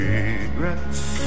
Regrets